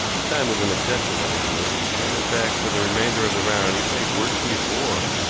this time was an exception, at any rate, and, in fact, for the remainder of the round he played worse than before,